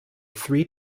three